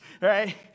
right